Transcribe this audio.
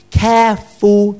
careful